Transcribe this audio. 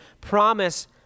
promise